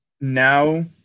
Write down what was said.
now